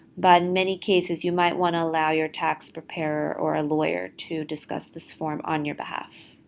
but in many cases, you might want to allow your tax preparer or a lawyer to discuss this form on your behalf.